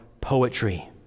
poetry